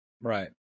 Right